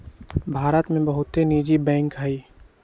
भारत में बहुते निजी बैंक हइ